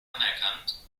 anerkannt